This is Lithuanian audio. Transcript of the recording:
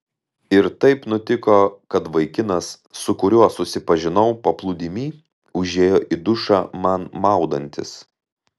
ir taip nutiko kad vaikinas su kuriuo susipažinau paplūdimy užėjo į dušą man maudantis